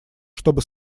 чтобы